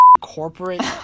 corporate